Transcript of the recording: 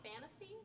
fantasy